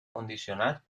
condicionat